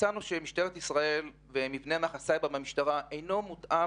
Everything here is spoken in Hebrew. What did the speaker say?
מצאנו שמבנה מערך הסייבר במשטרה אינו מותאם